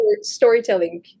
storytelling